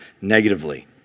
negatively